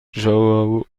joão